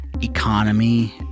economy